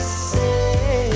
say